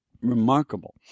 remarkable